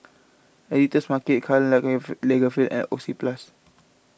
the Editor's Market Karl Lagerfeld and Oxyplus